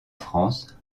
france